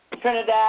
Trinidad